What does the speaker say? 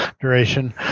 duration